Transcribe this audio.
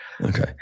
Okay